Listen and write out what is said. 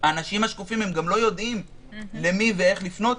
האנשים השקופים גם לא יודעים למי ואיך לפנות.